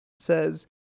says